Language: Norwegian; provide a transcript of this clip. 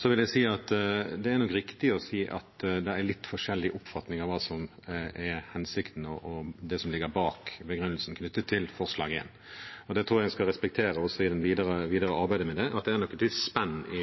Det er nok riktig å si at det er litt forskjellig oppfatning av hva som er hensikten, og hva som ligger bak begrunnelsen knyttet til forslag nr. 1. Det tror jeg en skal respektere også i det videre arbeidet med det, at det nok er et lite spenn i